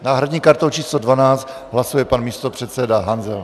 S náhradní kartou číslo 12 hlasuje pan místopředseda Hanzel.